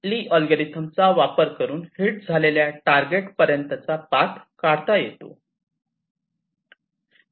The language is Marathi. ली अल्गोरिदम चा वापर करून हिट झालेल्या टारगेट पर्यंतचा पाथ काढता येतो